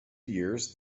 years